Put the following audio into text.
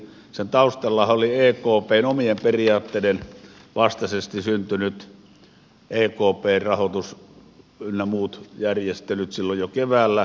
sen taustallahan olivat ekpn omien periaatteiden vastaisesti syntyneet ekpn rahoitus ynnä muut järjestelyt silloin jo keväällä